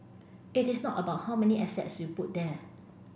it is not about how many assets you put there